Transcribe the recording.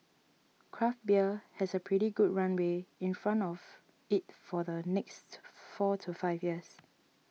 craft beer has a pretty good runway in front of it for the next four to five years